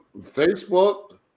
Facebook